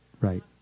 Right